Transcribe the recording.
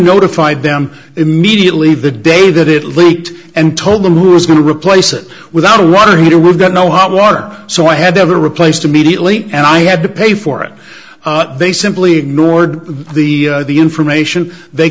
notified them immediately the day that it leaked and told them who was going to replace it without a rudder heater we've got no hot water so i had never replaced immediately and i had to pay for it but they simply ignored the the information they